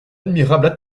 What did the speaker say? admirable